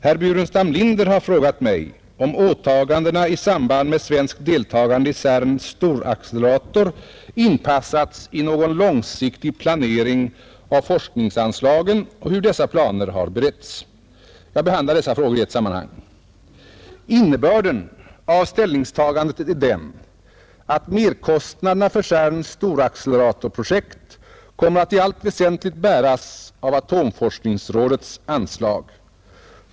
Herr Burenstam Linder har frågat mig om åtagandena i samband med svenskt deltagande i CERN:s storaccelerator inpassats i någon långsiktig planering av forskningsanslagen och hur dessa planer har beretts. Jag behandlar dessa frågor i ett sammanhang. Innebörden av ställningstagandet är den att merkostnaderna för CERN:s storacceleratorprojekt kommer att i allt väsentligt bäras av atomforskningsrådets anslag.